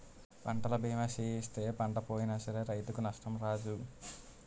పంటల బీమా సేయిస్తే పంట పోయినా సరే రైతుకు నష్టం రాదు